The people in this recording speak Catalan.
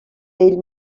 ell